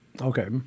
Okay